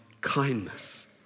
kindness